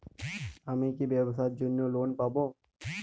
আমি কি ব্যবসার জন্য লোন পাব?